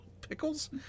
pickles